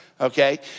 okay